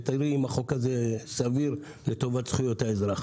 ותראי אם החוק הזה סביר ולטובת זכויות האזרח.